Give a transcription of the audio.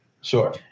Sure